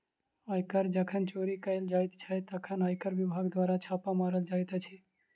आयकर जखन चोरी कयल जाइत छै, तखन आयकर विभाग द्वारा छापा मारल जाइत अछि